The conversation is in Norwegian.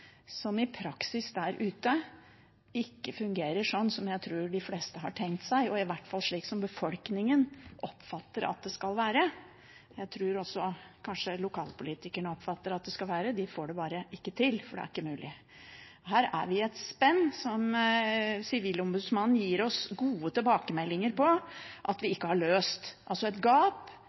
praksis der ute ikke fungerer sånn som jeg tror de fleste har tenkt seg, og i alle fall ikke slik som befolkningen oppfatter at det skal være. Jeg tror også at lokalpolitikerne oppfatter hvordan det skal være. De får det bare ikke til, for det er ikke mulig. Her er vi i et spenn som Sivilombudsmannen gir oss gode tilbakemeldinger på at vi ikke har løst, altså et gap